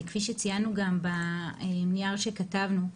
כפי שציינו גם נייר שכתבנו,